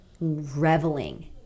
reveling